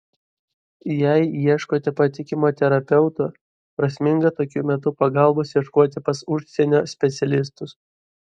jei ieškote patikimo terapeuto prasminga tokiu metu pagalbos ieškoti pas užsienio specialistus